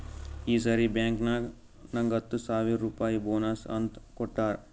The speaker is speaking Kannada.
ಈ ಸರಿ ಬ್ಯಾಂಕ್ನಾಗ್ ನಂಗ್ ಹತ್ತ ಸಾವಿರ್ ರುಪಾಯಿ ಬೋನಸ್ ಅಂತ್ ಕೊಟ್ಟಾರ್